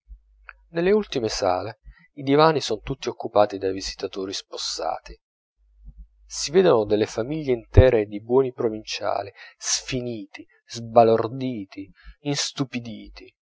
nelle ultime sale i divani son tutti occupati dai visitatori spossati si vedono delle famiglie intere di buoni provinciali sfiniti sbalorditi istupiditi